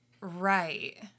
Right